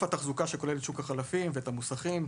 התחזוקה שכולל את שוק החלפים ואת המוסכים.